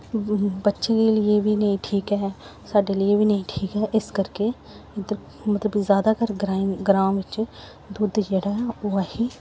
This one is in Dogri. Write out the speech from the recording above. बच्चें लिए बी निं ठीक ऐ साढ़े लेई बी निं ठीक ऐ इस करके इद्धर मतलब जादातर ग्राएं ग्रांऽ बिच्च दुद्ध जेह्ड़ा ऐ ओह् असी